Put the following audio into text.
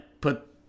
put